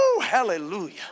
hallelujah